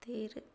தேர்